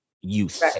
youth